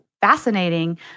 fascinating